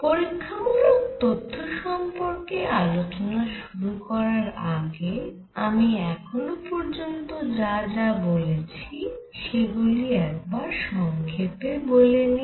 পরীক্ষামূলক তথ্য সম্পর্কে আলোচনা শুরু করার আগে আমি এখনো পর্যন্ত যা যা বলেছি সেগুলি একবার সংক্ষেপে বলে নিই